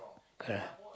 correct